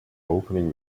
opening